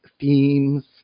themes